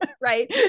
right